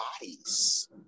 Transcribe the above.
bodies